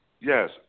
Yes